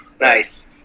Nice